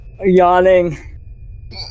yawning